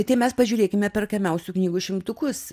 tai mes pažiūrėkime perkamiausių knygų šimtukus